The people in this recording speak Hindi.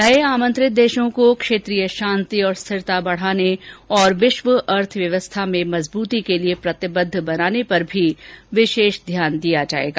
नये आमंत्रित देशों को क्षेत्रीय शांति और स्थिरता बढ़ाने और विश्व अर्थव्यवस्था में मजबूती के लिए प्रतिबद्ध बनाने पर भी विशेष ध्यान दिया जायेगा